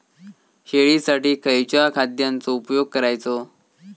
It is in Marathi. शेळीसाठी खयच्या खाद्यांचो उपयोग करायचो?